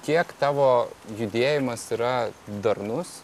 kiek tavo judėjimas yra darnus